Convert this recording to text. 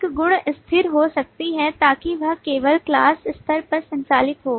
एक गुणस्थिर हो सकती है ताकि यह केवल class स्तर पर संचालित हो